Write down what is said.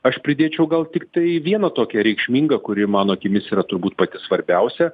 aš pridėčiau gal tiktai vieną tokią reikšmingą kuri mano akimis yra turbūt pati svarbiausia